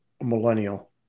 millennial